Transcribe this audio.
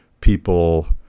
people